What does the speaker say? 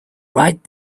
right